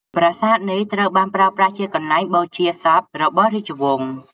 ប្រាសាទនេះ ត្រូវបានប្រើប្រាស់ជាទីកន្លែងបូជាសពរបស់ រាជវង្ស។